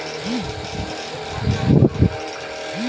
वैश्विक वित्तीय प्रणाली के उदय के क्या कारण थे?